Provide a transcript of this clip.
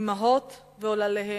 אמהות ועולליהן,